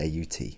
AUT